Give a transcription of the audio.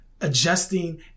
adjusting